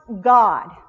God